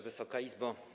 Wysoka Izbo!